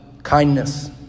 Kindness